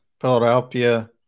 Philadelphia